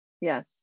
Yes